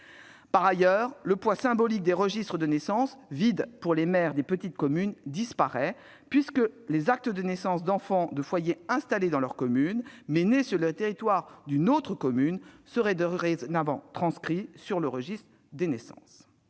Par ailleurs, le poids symbolique d'un registre des naissances vide pour les maires de petites communes disparaîtrait, puisque les actes de naissance d'enfants de foyers installés dans leur commune, mais nés sur le territoire d'une autre commune, seraient dorénavant transcrits sur leur registre des naissances.